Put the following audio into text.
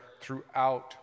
throughout